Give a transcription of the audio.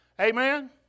Amen